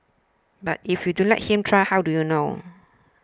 but if you do let him try how do you know